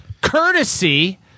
courtesy